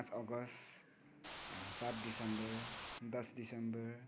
पाँच अगस्त सात दिसम्बर दस दिसम्बर